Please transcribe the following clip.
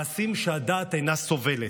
מעשים שהדעת אינה סובלת,